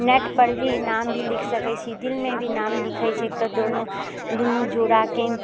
net पर भी नाम भी लिख सकैत छी दिलमे भी नाम लिखैत छै दोनो दुनू जोड़ाके